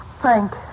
Frank